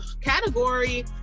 category